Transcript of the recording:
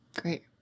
Great